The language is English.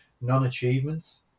non-achievements